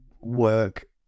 work